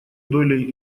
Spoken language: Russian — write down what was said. долей